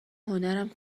هنرم